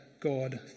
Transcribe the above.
God